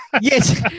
Yes